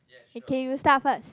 okay you start first